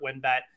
WinBet